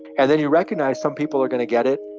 and then you recognize some people are going to get it,